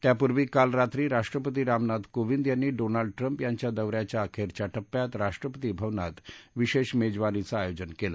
त्यापूर्वी काल रात्री राष्ट्रपती रामनाथ कोविंद यांनी डोनाल्ड ट्रंप यांच्या दौऱ्याच्या अखेरच्या टप्प्यात राष्ट्रपती भवनात विशेष मेजवानीचं आयोजन केलं